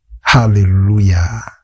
Hallelujah